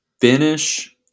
finish